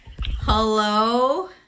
hello